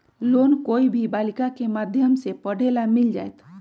Loan कोई भी बालिका के माध्यम से पढे ला मिल जायत?